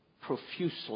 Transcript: profusely